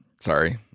Sorry